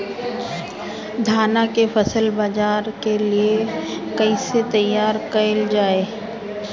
धान के फसल बाजार के लिए कईसे तैयार कइल जाए?